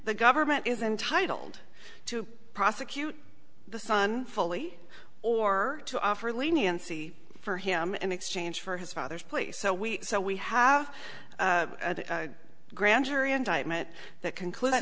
the government is entitled to prosecute the son fully or to offer leniency for him in exchange for his father's place so we so we have a grand jury indictment that concluded